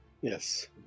Yes